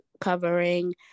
covering